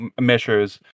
measures